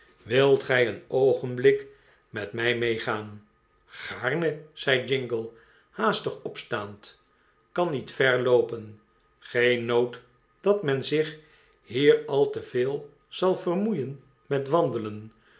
wilt gij een oogenblik met mij mee gaan gaarne zei jingle haastig opstaand kan niet ver loopen geen nood dat men zich hier al te veel zal vermoeien met wandelen